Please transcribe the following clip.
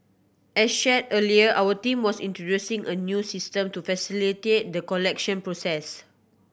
as shared earlier our team was introducing a new system to facilitate the collection process